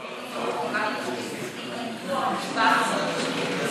אם כן, החוק אושר גם בקריאה השלישית.